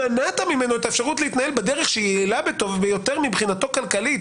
מנעת ממנו את האפשרות להתנהל בדרך שהיא היעילה ביותר מבחינתו כלכלית,